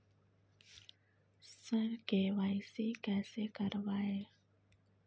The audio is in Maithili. सर के.वाई.सी कैसे करवाएं